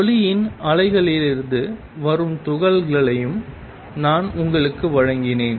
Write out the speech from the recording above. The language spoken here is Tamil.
ஒளியின் அலைகளிலிருந்து வரும் துகள்களையும் நான் உங்களுக்கு வழங்கினேன்